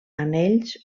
anells